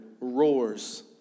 roars